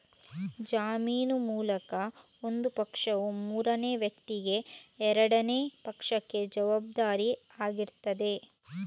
ಜಾಮೀನು ಮೂಲಕ ಒಂದು ಪಕ್ಷವು ಮೂರನೇ ವ್ಯಕ್ತಿಗೆ ಎರಡನೇ ಪಕ್ಷಕ್ಕೆ ಜವಾಬ್ದಾರಿ ಆಗಿರ್ತದೆ